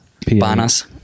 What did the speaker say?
Panas